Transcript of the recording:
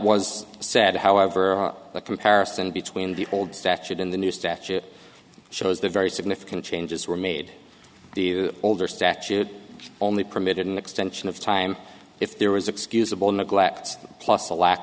was said however on the comparison between the old statute in the new statute it shows the very significant changes were made to older statute only permitted an extension of time if there was excusable neglect plus a lack